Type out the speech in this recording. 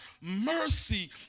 mercy